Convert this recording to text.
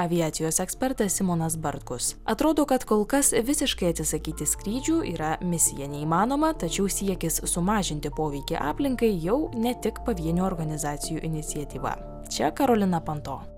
aviacijos ekspertas simonas bartkus atrodo kad kol kas visiškai atsisakyti skrydžių yra misija neįmanoma tačiau siekis sumažinti poveikį aplinkai jau ne tik pavienių organizacijų iniciatyva čia karolina panto